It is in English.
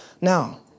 Now